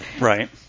Right